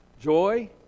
joy